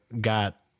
got